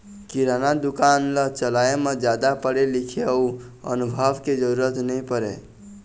किराना दुकान ल चलाए म जादा पढ़े लिखे अउ अनुभव के जरूरत नइ परय